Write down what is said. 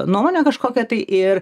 nuomonę kažkokią tai ir